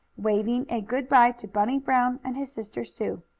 waving a good-bye to bunny brown and his sister sue.